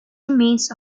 remains